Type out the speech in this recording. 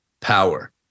power